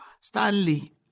Stanley